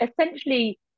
essentially